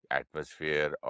atmosphere